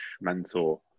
mentor